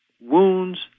wounds